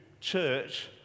church